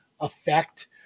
affect